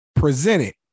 Presented